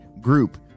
group